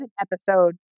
episode